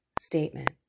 statement